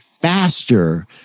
faster